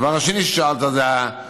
הדבר השני ששאלת היה: